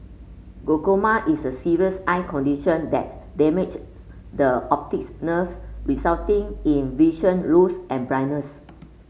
glaucoma is a serious eye condition that damage the optics nerve resulting in vision loss and blindness